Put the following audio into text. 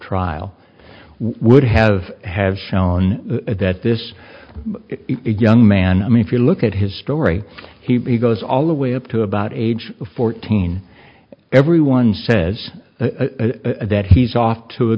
trial would have have shown that this young man i mean if you look at his story he goes all the way up to about age fourteen everyone says that he's off to a